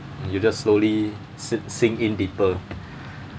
you just slowly sit sink in deeper